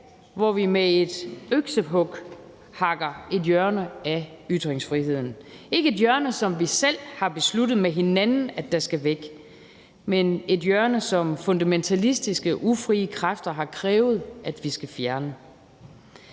hvor vi med et øksehug hakker et hjørne af ytringsfriheden. Det er ikke et hjørne, som vi selv har besluttet med hinanden skulle væk, men et hjørne, som fundamentalistiske og ufrie kræfter har krævet vi skal fjerne.